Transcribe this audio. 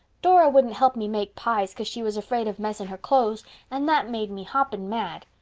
dora wouldn't help me make pies, cause she was afraid of messing her clo'es and that made me hopping mad.